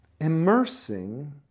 immersing